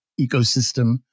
ecosystem